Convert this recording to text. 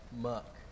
muck